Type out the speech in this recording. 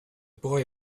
boy